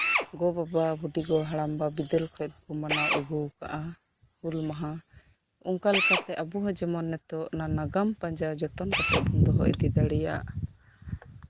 ᱜᱚᱼᱵᱟᱵᱟ ᱵᱩᱰᱤ ᱜᱚ ᱦᱟᱲᱟᱢ ᱵᱟ ᱵᱤᱫᱟᱹᱞ ᱠᱷᱚᱱ ᱠᱚ ᱢᱟᱱᱟᱣ ᱟᱜᱩ ᱟᱠᱟᱫᱼᱟ ᱦᱩᱞ ᱢᱟᱦᱟ ᱚᱱᱠᱟᱞᱮᱠᱟ ᱠᱟᱛᱮ ᱟᱵᱚ ᱦᱚᱸ ᱡᱮᱢᱚᱱ ᱱᱤᱛᱳᱜ ᱚᱱᱟ ᱱᱟᱜᱟᱢ ᱯᱟᱸᱡᱟ ᱡᱚᱛᱚᱱ ᱠᱟᱛᱮ ᱵᱚ ᱫᱚᱦᱚ ᱤᱫᱤ ᱫᱟᱲᱮᱭᱟᱜ